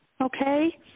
Okay